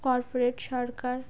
corporate Sarkar